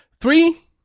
Three